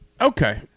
Okay